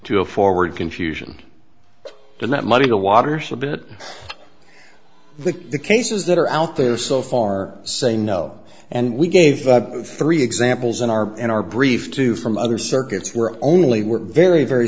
to a forward confusion and that muddy the waters a bit the cases that are out there so far say no and we gave three examples in our in our brief two from other circuits were only were very very